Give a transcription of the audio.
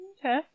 Okay